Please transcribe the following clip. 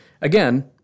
again